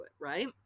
right